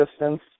distance